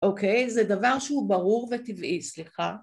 אוקיי, זה דבר שהוא ברור וטבעי, סליחה.